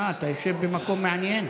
אתה יושב במקום מעניין.